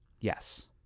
Yes